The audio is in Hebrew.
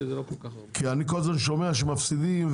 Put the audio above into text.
אני כל הזמן שומע שמפסידים,